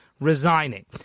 resigning